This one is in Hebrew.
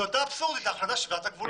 אותו אבסורד ההחלטה של ועדת הגבולות.